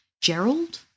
Gerald